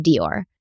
Dior